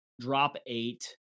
drop-eight